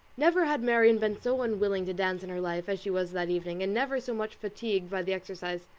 never had marianne been so unwilling to dance in her life, as she was that evening, and never so much fatigued by the exercise.